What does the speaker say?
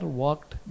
walked